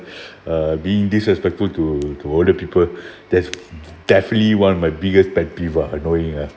uh being disrespectful to to older people that's definitely one of my biggest pet peeve ah annoying ah